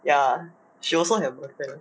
ya she also have boyfriend